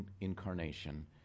Incarnation